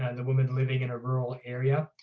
and the woman living in a rural area,